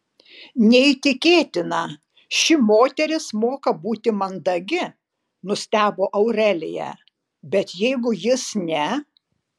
neįtikėtina ši moteris moka būti mandagi nustebo aurelija bet jeigu jis ne